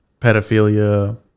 pedophilia